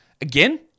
Again